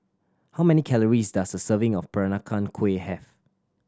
how many calories does a serving of Peranakan Kueh have